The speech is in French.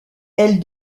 elle